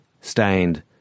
stained